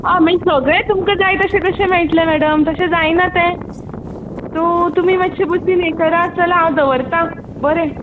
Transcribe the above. हय मागीर सगळें तुमकां जाय तशें कशें मेळटलें मॅडम तशें जायना तें सो तुमी मातशीं बसीन हें करा चला हांव दवरता बरें